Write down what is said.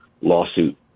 lawsuit